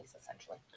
essentially